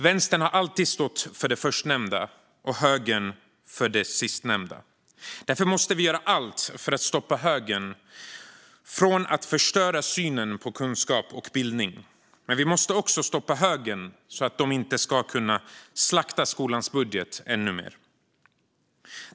Vänstern har alltid stått för det förstnämnda och högern för det sistnämnda. Därför måste vi göra allt för att stoppa högern från att förstöra synen på kunskap och bildning. Men vi måste också stoppa högern så att de inte ska kunna slakta skolans budget mer.